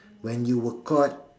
when you were caught